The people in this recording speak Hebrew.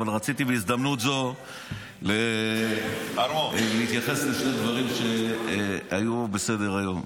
בהזדמנות זו רציתי להתייחס לשני דברים שהיו בסדר-היום.